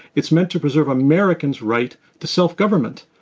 it's meant to preserve americans' right to self-government.